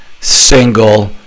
single